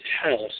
house